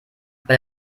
bei